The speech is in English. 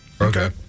Okay